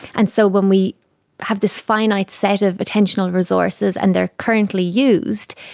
and so when we have this finite set of attentional resources and they are currently used,